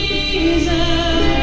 Jesus